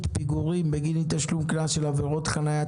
פיגורים בגין אי תשלום קנס על עבירות חניה),